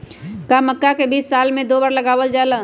का मक्का के बीज साल में दो बार लगावल जला?